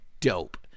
dope